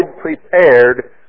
prepared